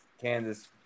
Kansas